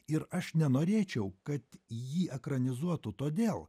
ir aš nenorėčiau kad jį ekranizuotų todėl